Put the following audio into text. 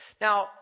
Now